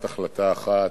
הצעת החלטה אחת,